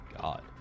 God